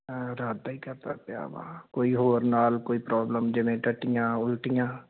ਰਾਤ ਦਾ ਹੀ ਕਰਦਾ ਪਿਆ ਵਾ ਕੋਈ ਹੋਰ ਨਾਲ ਕੋਈ ਪ੍ਰੋਬਲਮ ਜਿਵੇਂ ਟੱਟੀਆਂ ਉਲਟੀਆਂ